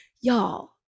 Y'all